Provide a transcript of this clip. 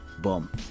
boom